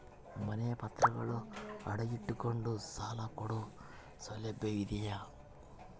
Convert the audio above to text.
ಮನೆ ಪತ್ರಗಳನ್ನು ಅಡ ಇಟ್ಟು ಕೊಂಡು ಸಾಲ ಕೊಡೋ ಸೌಲಭ್ಯ ಇದಿಯಾ?